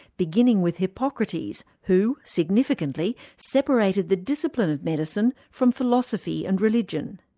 beginning with hippocrates who, significantly, separated the discipline of medicine from philosophy and religion.